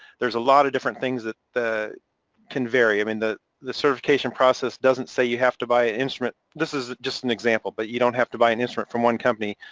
there's a lot of different things that can vary. i mean the the certification process doesn't say you have to buy an instrument, this is just an example, but you don't have to buy an instrument from one company,